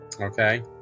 Okay